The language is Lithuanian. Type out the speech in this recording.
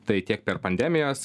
tai tiek per pandemijos